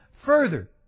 further